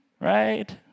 right